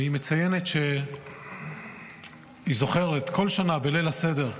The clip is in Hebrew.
והיא מציינת שהיא זוכרת שבכל שנה בליל הסדר: